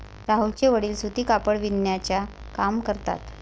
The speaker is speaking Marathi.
राहुलचे वडील सूती कापड बिनण्याचा काम करतात